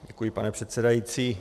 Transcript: Děkuji, pane předsedající.